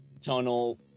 tunnel